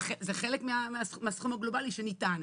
זה חלק מהסכום הגלובלי שניתן.